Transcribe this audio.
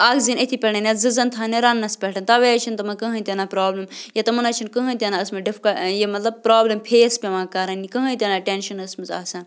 اَکھ زٔنۍ أتھی پٮ۪ٹھ یا زٕ زَن تھاونہٕ رنٛنَس پٮ۪ٹھ تَوَے حظ چھِنہٕ تِمَن کٕہیٖنۍ تہِ نَہ پرٛابلِم یا تِمَن حظ چھِنہٕ کٕہیٖنۍ تہِ نَہ ٲسۍمٕتۍ یہِ مطلب پرٛابلِم فیس پٮ۪وان کَرٕنۍ یہِ کٕہۭنۍ تہِ نَہ ٹٮ۪نشَن ٲسمٕژ آسان